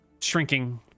shrinking